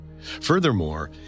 Furthermore